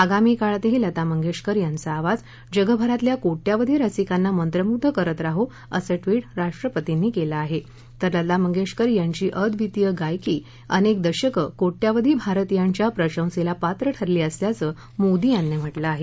आगामी काळातही लता मंगेशकर यांचा आवाज जगभरातल्या कोट्यवधि रसिकांना मंत्रमुग्ध करत राहो असं ट्विट राष्ट्रपतींनी केलं आहे तर लता मंगेशकर यांची अद्वितीय गायकी अनेक दशकं कोट्यवधि भारतीयांच्या प्रशंसेला पात्र ठरली असल्याचं मोदी यांनी म्हटलं आहे